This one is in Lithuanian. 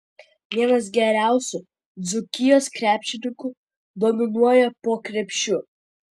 vienas geriausių dzūkijos krepšininkų dominuoja po krepšiu